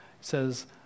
says